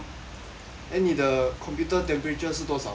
then 你的 computer temperature 是多少